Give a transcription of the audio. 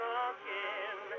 again